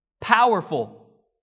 Powerful